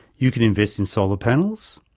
you can invest in solar panels,